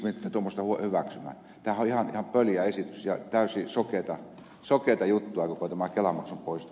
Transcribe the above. tämähän on ihan pöljä esitys ja täysin sokeata juttua koko tämä kelamaksun poisto